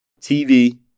TV